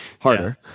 Harder